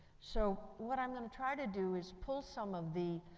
so what i'm going to try to do is pull some of the